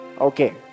Okay